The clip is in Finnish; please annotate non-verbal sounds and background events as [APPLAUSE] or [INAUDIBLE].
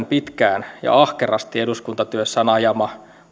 [UNINTELLIGIBLE] pitkään ja ahkerasti eduskuntatyössään ajanut